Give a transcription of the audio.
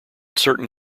certain